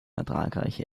ertragreiche